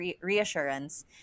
reassurance